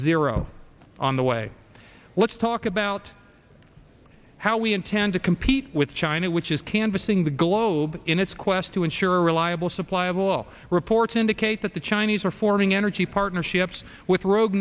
zero on the way let's talk about how we intend to compete with china which is canvassing the globe in its quest to ensure a reliable supply of all reports indicate that the chinese are forming energy partnerships with rogue